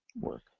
work